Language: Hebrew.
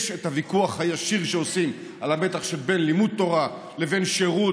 יש את הוויכוח הישיר שעושים על המתח שבין לימוד תורה לבין שירות,